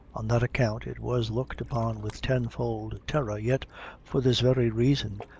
on that account, it was looked upon with tenfold terror, yet for this very reason,